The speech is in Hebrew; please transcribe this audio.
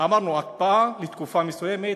אמרנו, הקפאה לתקופה מסוימת,